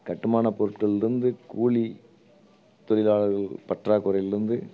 கட்டுமான பொருட்கள்ருந்து கூலி தொழிலாளர்கள் பற்றாக்குறைலிந்து